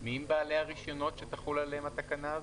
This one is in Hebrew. מי הם בעלי הרישיונות שתחול עליהם התקנה?